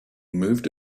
moved